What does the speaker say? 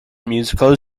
musical